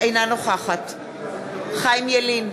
אינה נוכחת חיים ילין,